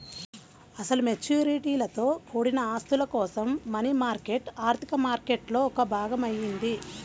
అసలు మెచ్యూరిటీలతో కూడిన ఆస్తుల కోసం మనీ మార్కెట్ ఆర్థిక మార్కెట్లో ఒక భాగం అయింది